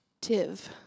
Tiv